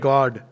God